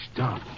Stop